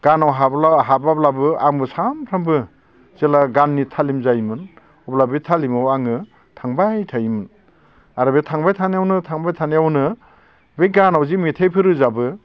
गानाव हाबाब्लाबो आंबो सामफ्रामबो जेला गाननि थालिम जायोमोन अब्ला बे थालिमाव आङो थांबाय थायोमोन आरो बे थांबाय थानायावनो थांबायथानायावनो बै गानाव जि मेथाइखौ रोजाबो